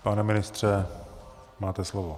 Pane ministře, máte slovo.